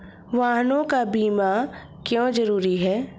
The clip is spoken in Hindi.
वाहनों का बीमा क्यो जरूरी है?